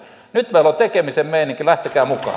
nyt meillä on tekemisen meininki lähtekää mukaan